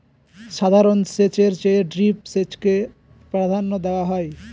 সাধারণ সেচের চেয়ে ড্রিপ সেচকে প্রাধান্য দেওয়া হয়